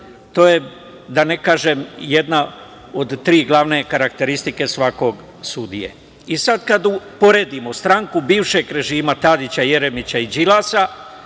To je, da ne kažem, jedna od tri glavne karakteristike svakog sudije. Sad, kad uporedimo stranku bivšeg režima Tadića, Jeremića i Đilasa,